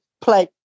play